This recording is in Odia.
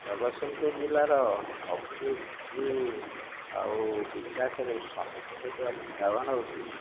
ଜଗତସିଂହପୁର ଜିଲ୍ଲାର ଅଭିବୃଦ୍ଧି ଆଉ ବିକାଶରେ ସମ୍ମୁଖୀନ ହେଇଥିବା କାରଣ ହେଉଛି